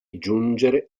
giungere